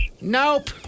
Nope